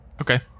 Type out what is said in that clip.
Okay